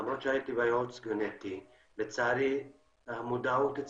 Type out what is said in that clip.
למרות שהייתי בייעוץ גנטי,